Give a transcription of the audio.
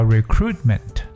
Recruitment